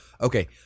Okay